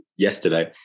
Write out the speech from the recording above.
yesterday